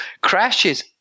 crashes